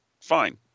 Fine